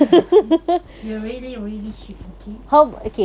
yes you really really should okay